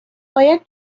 باید